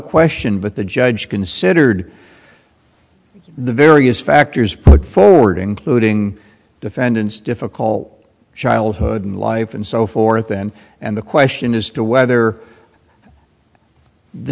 question but the judge considered the various factors put forward including defendant's difficult childhood in life and so forth then and the question as to whether the